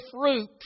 fruit